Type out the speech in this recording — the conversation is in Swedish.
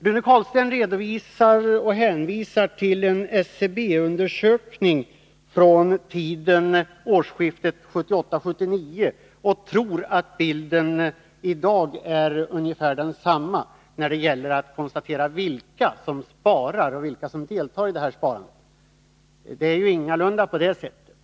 Rune Carlstein redovisar och hänvisar till en SCB-undersökning från tiden årskiftet 1978-1979 och tror att bilden i dag är ungefär densamma beträffande vilka som deltar i detta sparande. Men det är ingalunda på det sättet.